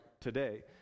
today